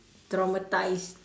traumatised